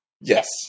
Yes